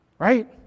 Right